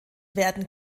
werden